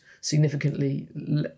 significantly